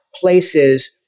places